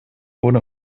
ohne